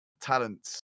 talents